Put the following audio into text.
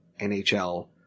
NHL